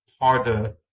harder